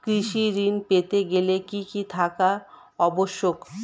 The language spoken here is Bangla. কৃষি ঋণ পেতে গেলে কি কি থাকা আবশ্যক?